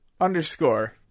underscore